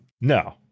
No